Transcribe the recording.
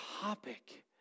topic